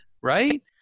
right